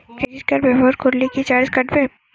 Credit card ব্যাবহার করলে কি চার্জ কাটবে?